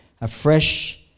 afresh